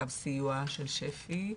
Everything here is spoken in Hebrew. קו סיוע של שפ"י,